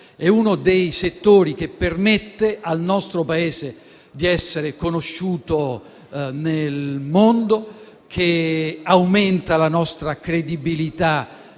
uno dei settori che permette al nostro Paese di essere conosciuto nel mondo, che aumenta la nostra credibilità